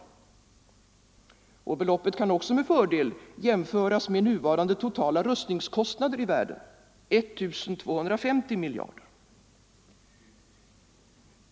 Beloppet kan också med fördel jämföras med nuvarande totala rustningskostnader i världen, 1 250 miljarder.